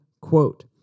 quote